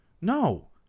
No